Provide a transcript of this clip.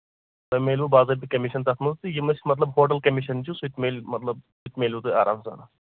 تۄہہِ میلوٕ باضٲبتہٕ کٔمِشن تَتھ منٛز تہٕ مطلب یِم أسۍ ہوٹل کٔمِشن چھُ سُہ تہِ میلوٕ مطلب سُہ تہِ میلوٕ تۄہہِ آرام سان